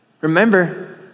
Remember